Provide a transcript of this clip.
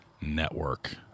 Network